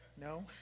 No